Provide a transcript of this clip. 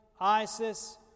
ISIS